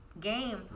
game